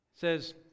says